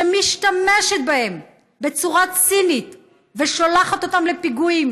שמשתמשת בהם בצורה צינית ושולחת אותם לפיגועים